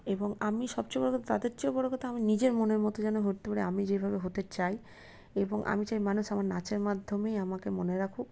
এবং আমি সবচেয়ে বড়ো কথা তাদের চেয়েও বড়ো কথা আমি নিজের মনের মতো যেন হয়ে উঠতে পারি আমি যেভাবে হতে চাই এবং আমি চাই মানুষ আমার নাচের মাধ্যমেই আমাকে মনে রাখুক